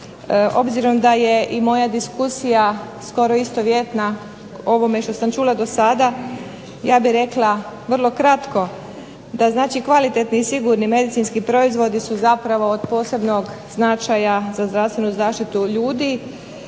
obzirom da je i moja diskusija skoro istovjetna ovome što sam čula dosada ja bih rekla vrlo kratko da znači kvalitetni i sigurni medicinski proizvodi su zapravo od posebnog značaja za zdravstvenu zaštitu ljudi.